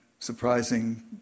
surprising